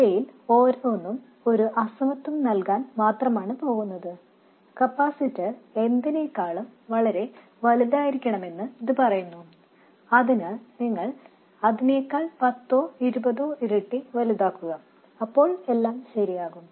ഇവയിൽ ഓരോന്നും ഒരു അസമത്വം നൽകാൻ മാത്രമാണ് പോകുന്നത് കപ്പാസിറ്റർ എന്തിനെക്കാളും വളരെ വലുതായിരിക്കണമെന്ന് ഇത് പറയുന്നു അതിനാൽ നിങ്ങൾ അതിനെക്കാൾ പത്തോ ഇരുപതോ ഇരട്ടി വലുതാക്കുക അപ്പോൾ എല്ലാം ശരിയാകും